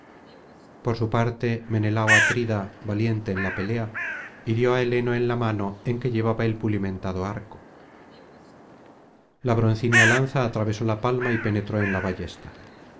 por su parte menelao atrida valiente en la pelea hirió á heleno en la mano en que llevaba el pulimentado arco la broncínea lanza atravesó la palma y penetró en la ballesta